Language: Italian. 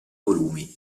volumi